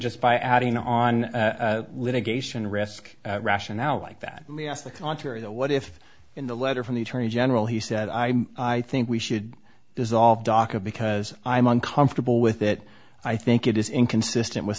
just by adding on litigation risk rationale like that the contrary the what if in the letter from the attorney general he said i think we should dissolve docket because i'm uncomfortable with it i think it is inconsistent with